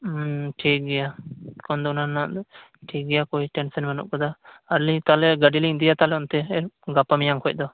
ᱦᱩᱸ ᱴᱷᱤᱠ ᱜᱮᱭᱟ ᱚᱱᱟ ᱨᱮᱱᱟᱜ ᱫᱚ ᱠᱳᱱᱳ ᱴᱮᱱᱥᱮᱱ ᱵᱟᱹᱱᱩᱜ ᱟᱠᱟᱫᱟ ᱟᱨ ᱞᱟᱹᱭᱫᱟᱹᱧ ᱛᱟᱞᱦᱮ ᱜᱟᱹᱰᱤ ᱞᱤᱧ ᱤᱫᱤᱭᱟ ᱚᱱᱛᱮ ᱜᱟᱯᱟ ᱢᱤᱭᱟᱝ ᱠᱷᱚᱡ ᱫᱚ